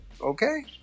Okay